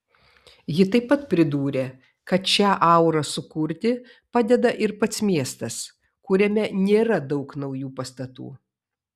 ji taip pat pridūrė kad šią aurą sukurti padeda ir pats miestas kuriame nėra daug naujų pastatų